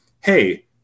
hey